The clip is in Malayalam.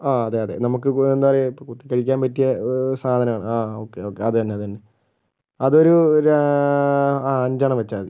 ആ അതെ അതെ നമുക്ക് ഇപ്പോൾ എന്താ പറയുക ഇപ്പോൾ കുത്തികഴിക്കാൻ പറ്റിയ സാധനമാണ് ആ ഓക്കെ ഓക്കെ അത് തന്നെ അത് തന്നെ അതൊര് ആ അഞ്ചെണ്ണം വെച്ചാൽ മതി